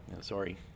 Sorry